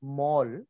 mall